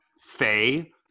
Faye